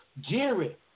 Jerry